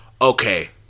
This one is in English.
okay